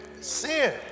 sin